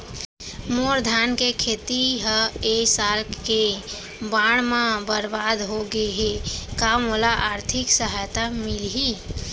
मोर धान के खेती ह ए साल के बाढ़ म बरबाद हो गे हे का मोला आर्थिक सहायता मिलही?